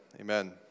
amen